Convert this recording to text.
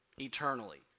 eternally